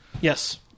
Yes